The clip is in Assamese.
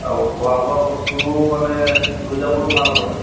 আৰু খোৱা বোৱা বস্তুও মানে লৈ যাবলৈ ভাল হয়